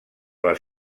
les